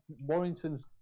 Warrington's